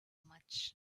much